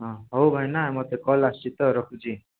ହଁ ହଉ ଭାଇନା ମୋତେ କଲ୍ ଆସୁଛି ତ ରଖୁଛି